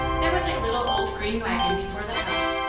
there was a little old green waggon before the house,